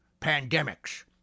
pandemics